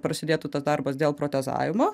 prasidėtų tas darbas dėl protezavimo